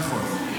נכון.